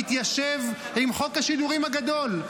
זה מתיישב עם חוק השידורים הגדול.